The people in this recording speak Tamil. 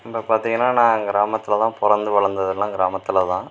இப்போ பார்த்திங்கன்னா நான் கிராமத்தில் தான் பிறந்து வளர்ந்ததெல்லாம் கிராமத்தில் தான்